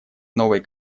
новой